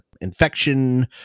Infection